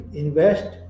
invest